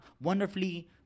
wonderfully